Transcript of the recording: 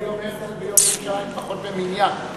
היו פה ביום הרצל וביום ירושלים פחות ממניין.